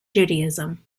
judaism